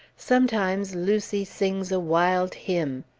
sometimes lucy sings a wild hymn,